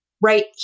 right